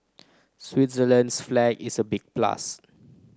Switzerland's flag is a big plus